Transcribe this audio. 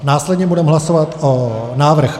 Následně budeme hlasovat návrh